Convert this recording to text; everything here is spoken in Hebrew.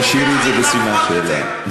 תשאירי את זה בסימן שאלה.